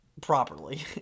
Properly